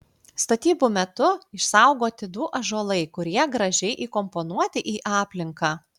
statybų metu išsaugoti du ąžuolai kurie gražiai įkomponuoti į aplinką